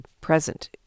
present